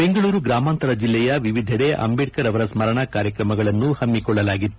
ಬೆಂಗಳೂರು ಗ್ರಾಮಾಂತರ ಜಿಲ್ಲೆಯ ವಿವಿಧೆಡೆ ಅಂಬೇಡ್ತರ್ ಅವರ ಸ್ತರಣಾ ಕಾರಕ್ತಮಗಳನ್ನು ಹಮ್ಹಿಕೊಳ್ಳಲಾಗಿತ್ತು